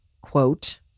quote